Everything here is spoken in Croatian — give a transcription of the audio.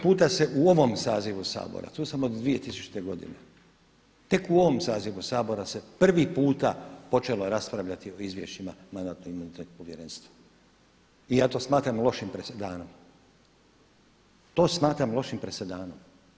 Prvi puta se u ovom sazivu Sabora, tu sam od 2000. godine, tek u ovom sazivu Sabora se prvi puta počelo raspravljati o izvješćima Mandatno-imunitetnog povjerenstva i ja to smatram lošim presedanom, to smatram lošim presedanom.